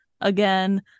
again